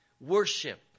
Worship